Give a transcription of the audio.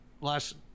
last